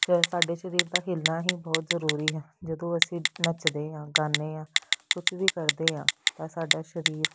ਸਾਡੇ ਸ਼ਰੀਰ ਦਾ ਹਿੱਲਣਾ ਹੀ ਬਹੁਤ ਜ਼ਰੂਰੀ ਹੈ ਜਦੋਂ ਅਸੀਂ ਨੱਚਦੇ ਹਾਂ ਗਉਂਦੇ ਹਾਂ ਕੁਛ ਵੀ ਕਰਦੇ ਹਾਂ ਤਾਂ ਸਾਡਾ ਸਰੀਰ